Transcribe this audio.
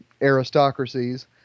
aristocracies